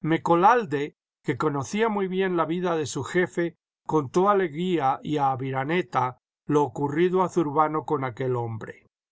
mccolalde que conocía muy bien la vida de su jefe contó a leguía y a aviraneta lo ocurrido a zurbano con aquel hombre